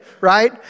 right